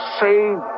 save